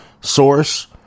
source